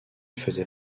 faisait